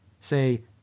Say